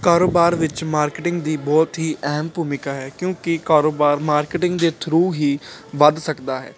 ਕਾਰੋਬਾਰ ਵਿੱਚ ਮਾਰਕਿਟਿੰਗ ਦੀ ਬਹੁਤ ਹੀ ਅਹਿਮ ਭੂਮਿਕਾ ਹੈ ਕਿਉਂਕਿ ਕਾਰੋਬਾਰ ਮਾਰਕਿਟਿੰਗ ਦੇ ਥਰੂ ਹੀ ਵੱਧ ਸਕਦਾ ਹੈ